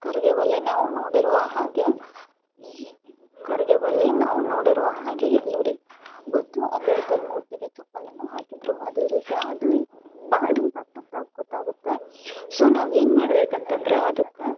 ಕರಿಗೆ ಬಲ್ಲಿ ನಾವು ನೋಡಿರುವ ಹಾಗೆ ಈ ಕರಿಗೆ ಬಲ್ಲಿ ನಾವು ನೋಡಿರುವ ಹಾಗೆ ಎಲ್ಲು ರೀ ಬತ್ತು ಅಂಬೇಡ್ಕರ್ ಮೂರ್ತಿಗೆ ಚಪ್ಪಲನ್ನು ಹಾಕಿದ್ರು ಅದೇ ರೀತಿ ಅದೂ ಈ ಬಾಡ್ ಇಂಪ್ಯಾಕ್ಟ್ ಅಂತ ಗೊತ್ತಾಗುತ್ತೆ ಸೊ ನಾವು ಏನು ಮಾಡ್ಬೇಕು ಅಂತಂದರೆ ಅದಕ್ಕೆ